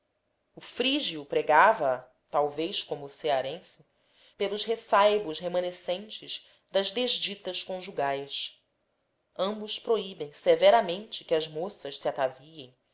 o frígio pregava a talvez como o cearense pelos ressaibos remanescentes das desditas conjugais ambos proíbem severamente que as moças se ataviem